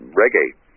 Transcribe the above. reggae